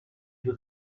due